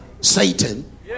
Satan